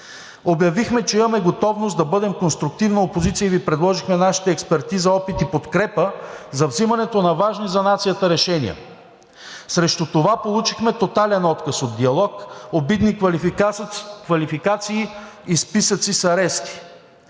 обявихме, че имаме готовност да бъдем конструктивна опозиция и Ви предложихме нашите експертиза, опит и подкрепа за взимането на важни за нацията решения. Срещу това получихме тотален отказ от диалог, обидни квалификации и списъци с арести.